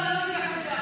גם בתמונות,